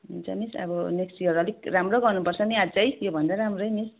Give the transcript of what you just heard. हुन्छ मिस अब next year अलिक राम्रो गर्नुपर्छ नि अझै योभन्दा राम्रै मिस